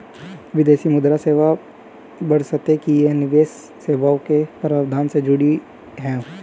विदेशी मुद्रा सेवा बशर्ते कि ये निवेश सेवाओं के प्रावधान से जुड़ी हों